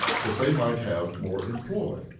that they might have more employ,